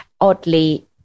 Oddly